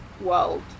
world